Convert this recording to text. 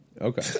Okay